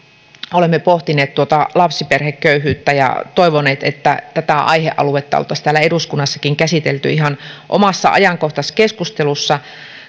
olemme pohtineet tuota lapsiperheköyhyyttä ja toivoneet että tätä aihealuetta oltaisiin täällä eduskunnassakin käsitelty ihan omassa ajankohtaiskeskustelussa